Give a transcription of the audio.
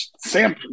Sam